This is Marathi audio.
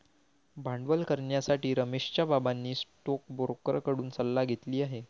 भांडवल करण्यासाठी रमेशच्या बाबांनी स्टोकब्रोकर कडून सल्ला घेतली आहे